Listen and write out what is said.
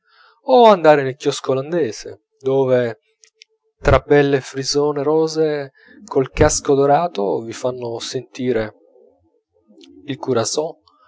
o andare nel chiosco olandese dove tre belle frisone rosee col casco dorato vi fanno sentire il curasò o